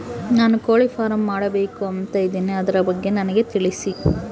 ನಾನು ಕೋಳಿ ಫಾರಂ ಮಾಡಬೇಕು ಅಂತ ಇದಿನಿ ಅದರ ಬಗ್ಗೆ ನನಗೆ ತಿಳಿಸಿ?